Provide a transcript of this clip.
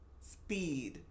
speed